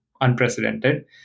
unprecedented